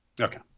Okay